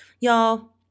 y'all